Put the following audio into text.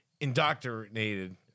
indoctrinated